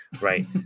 right